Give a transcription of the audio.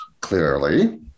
clearly